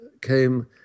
came